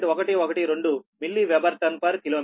112 milli weber turn per kilometre